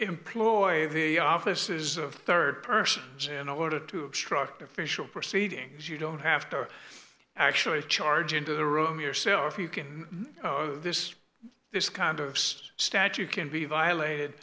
employ the offices of third person jim in order to obstruct official proceedings you don't have to actually charge into the room yourself you can oh this this kind of statute can be violated